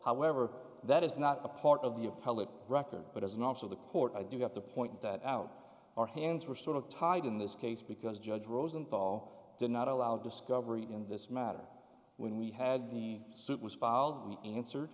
however that is not a part of the appellate record but as an officer of the court i do have to point that out our hands were sort of tied in this case because judge rosenthal did not allow discovery in this matter when we had the suit was filed and answered